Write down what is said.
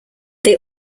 they